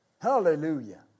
Hallelujah